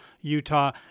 Utah